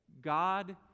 God